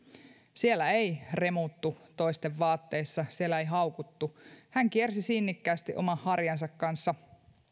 siellä ei remuttu toisten vaatteissa siellä ei haukuttu hän kiersi sinnikkäästi oman harjansa kanssa